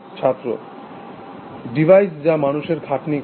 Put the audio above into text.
ছাত্র ডিভাইস যা মানুষের খাটনি কমায়